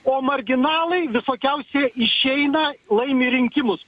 o marginalai visokiausi išeina laimi rinkimus